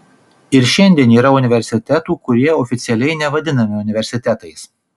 ir šiandien yra universitetų kurie oficialiai nevadinami universitetais